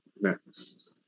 next